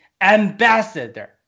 ambassador